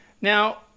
Now